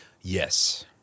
Yes